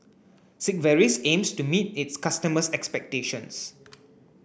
Sigvaris aims to meet its customers' expectations